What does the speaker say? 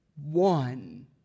one